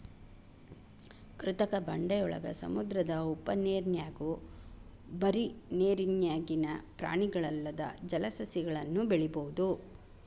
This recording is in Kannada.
ಕೃತಕ ಬಂಡೆಯೊಳಗ, ಸಮುದ್ರದ ಉಪ್ಪನೇರ್ನ್ಯಾಗು ಬರಿ ನೇರಿನ್ಯಾಗಿನ ಪ್ರಾಣಿಗಲ್ಲದ ಜಲಸಸಿಗಳನ್ನು ಬೆಳಿಬೊದು